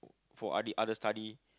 for other other study